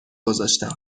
گذاشتم